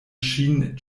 ŝin